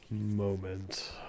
Moment